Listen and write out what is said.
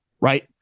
right